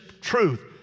truth